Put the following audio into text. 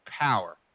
power